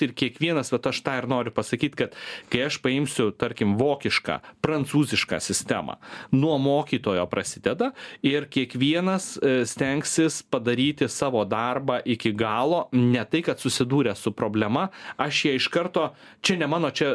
ir kiekvienas vat aš tą ir noriu pasakyt kad kai aš paimsiu tarkim vokišką prancūzišką sistemą nuo mokytojo prasideda ir kiekvienas stengsis padaryti savo darbą iki galo ne tai kad susidūręs su problema aš ją iš karto čia ne mano čia